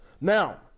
Now